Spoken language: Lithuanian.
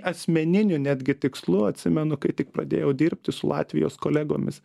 asmeniniu netgi tikslu atsimenu kai tik pradėjau dirbti su latvijos kolegomis